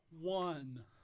One